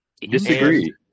disagree